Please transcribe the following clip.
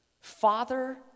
Father